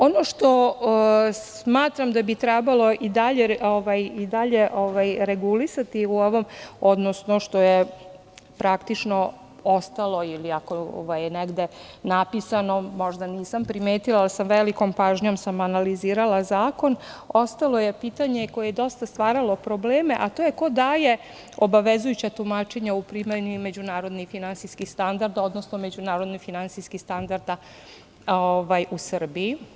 Ono što smatram da bi trebalo i dalje regulisati u ovom, odnosno što je praktično ostalo, ako je negde napisano možda nisam primetila, ali sa velikom pažnjom sam analizirala zakon, ostalo je pitanje koje je dosta stvaralo probleme, a to je – ko daje obavezujuća tumačenja u primeni međunarodnih i finansijskih standarda, odnosno međunarodnih i finansijskih standarda u Srbiji.